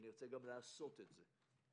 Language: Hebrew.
ונרצה גם לעשות את זה.